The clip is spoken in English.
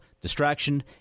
distraction